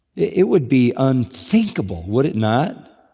it would be unthinkable, would it not,